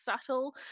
subtle